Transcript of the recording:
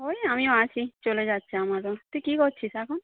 ওই আমিও আছি চলে যাচ্ছে আমারও তুই কি করছিস এখন